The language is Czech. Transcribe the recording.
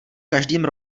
každým